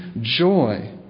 joy